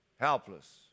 helpless